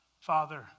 Father